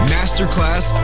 Masterclass